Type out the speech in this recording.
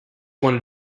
wanted